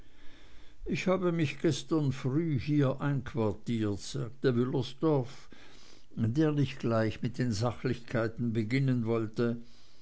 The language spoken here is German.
ich habe mich gestern früh hier einquartiert sagte wüllersdorf der nicht gleich mit den sachlichkeiten beginnen wollte